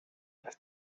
las